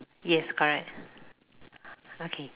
yes correct okay